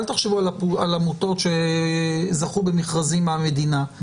אל תחשבו על עמותות שזכו במכרזים מהמדינה,